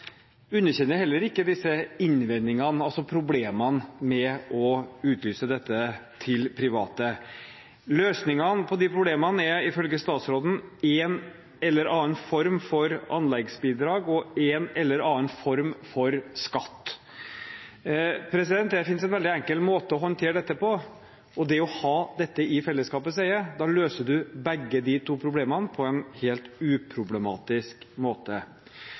underkjenner heller ikke disse innvendingene, altså problemene med å utlyse dette til private. Løsningen på de problemene er ifølge statsråden en eller annen form for anleggsbidrag og en eller annen form for skatt. Det finnes en veldig enkel måte å håndtere dette på, og det er å ha dette i fellesskapets eie. Da løser man begge problemene på en helt uproblematisk måte.